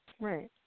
Right